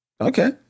Okay